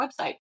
website